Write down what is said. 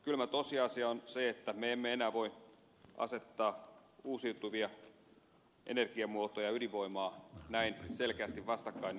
kylmä tosiasia on se että me emme enää voi asettaa uusiutuvia energiamuotoja ja ydinvoimaa näin selkeästi vastakkain kuin täällä tehdään